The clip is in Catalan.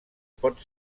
pot